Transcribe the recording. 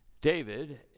David